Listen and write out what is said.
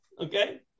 Okay